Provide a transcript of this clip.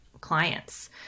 clients